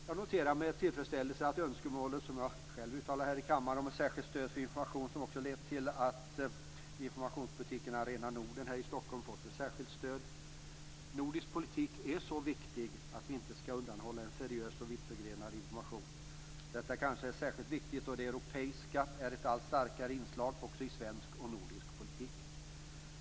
Jag noterar med tillfredsställelse att det önskemål som jag själv har uttalat här i kammaren om särskilt stöd till information också har lett till att informationsbutiken Arena Norden här i Stockholm har fått ett särskilt stöd. Nordisk politik är så viktig att vi inte skall undanhålla en seriös och vittförgrenad information. Detta kanske är särskilt viktigt då det europeiska är ett allt starkare inslag också i svensk och nordisk politik.